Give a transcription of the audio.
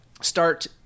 start